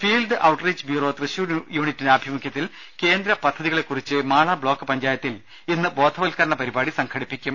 field outreach bureau Thrissur യൂണിറ്റിന്റെ ആഭിമുഖൃത്തിൽ കേന്ദ്ര പദ്ധതികളെക്കുറിച്ച് മാള ബ്ലോക്ക് പഞ്ചായത്തിൽ ഇന്ന് ബോധവ ത്കരണ പരിപാടി സംഘടിപ്പിക്കും